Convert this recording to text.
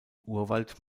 urwald